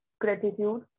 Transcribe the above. gratitude